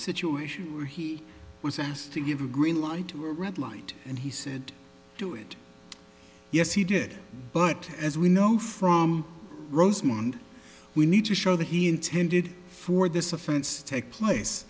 situation where he was asked to give a green light to a red light and he said to it yes he did but as we know from rosemont we need to show that he intended for this offense to take place